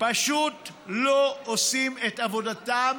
פשוט לא עושים את עבודתם,